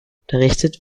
unterrichtet